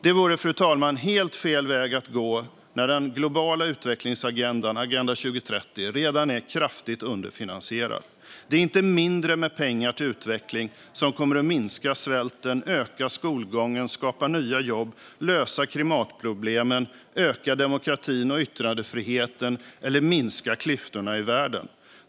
Detta, fru talman, vore helt fel väg att gå när den globala utvecklingsagendan Agenda 2030 redan är kraftigt underfinansierad. Det är inte mindre med pengar till utveckling som kommer att minska svälten, öka skolgången, skapa nya jobb, lösa klimatproblemen, öka demokratin och yttrandefriheten eller minska klyftorna i världen.